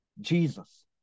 Jesus